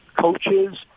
coaches